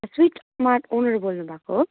sweet mart owner बोल्नुभएको हो